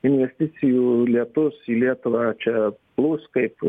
investicijų lietus į lietuvą čia plūs kaip